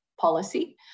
policy